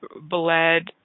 bled